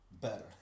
better